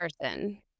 person